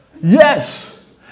Yes